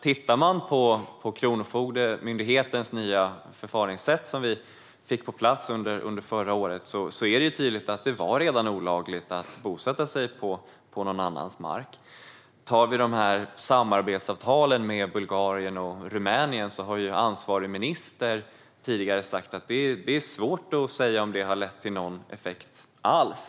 Tittar vi på Kronofogdemyndighetens nya förfaringssätt, som vi fick på plats under förra året, är det ändå tydligt att det redan tidigare var olagligt att bosätta sig på någon annans mark. När det gäller samarbetsavtalen med Bulgarien och Rumänien har ansvarig minister tidigare sagt att det är svårt att säga om det rent konkret har lett till någon effekt alls.